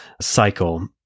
cycle